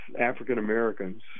African-Americans